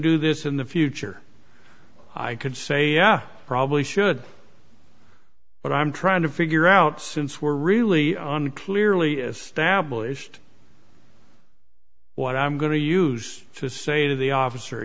do this in the future i could say i probably should but i'm trying to figure out since we're really on clearly established what i'm going to use to say to the officer